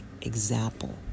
example